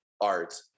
art